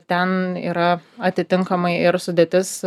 ten yra atitinkamai ir sudėtis